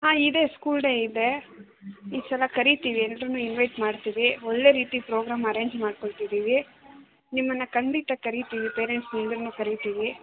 ಹಾಂ ಇದೆ school day ಇದೆ ಈ ಸಲ ಕರಿತೀವಿ ಎಲ್ರನ್ನೂ ಇನ್ವೈಟ್ ಮಾಡ್ತೀವಿ ಒಳ್ಳೆ ರೀತಿ ಪ್ರೋಗ್ರಾಮ್ ಅರೆಂಜ್ ಮಾಡ್ಕೊಳ್ತಿದೀವಿ ನಿಮ್ಮನ್ನು ಖಂಡಿತ ಕರಿತೀವಿ ಪೇರೆಂಟ್ಸ್ನೆಲ್ರನ್ನೂ ಕರಿತೀವಿ